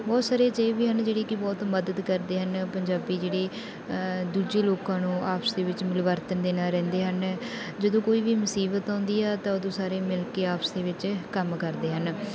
ਬਹੁਤ ਸਾਰੇ ਅਜਿਹੇ ਵੀ ਹਨ ਜਿਹੜੇ ਕਿ ਬਹੁਤ ਮਦਦ ਕਰਦੇ ਹਨ ਪੰਜਾਬੀ ਜਿਹੜੇ ਦੂਜੇ ਲੋਕਾਂ ਨੂੰ ਆਪਸ ਦੇ ਵਿੱਚ ਮਿਲਵਰਤਣ ਦੇ ਨਾਲ ਰਹਿੰਦੇ ਹਨ ਜਦੋਂ ਕੋਈ ਵੀ ਮੁਸੀਬਤ ਆਉਂਦੀ ਆ ਤਾਂ ਉਦੋਂ ਸਾਰੇ ਮਿਲ ਕੇ ਆਪਸ ਦੇ ਵਿੱਚ ਕੰਮ ਕਰਦੇ ਹਨ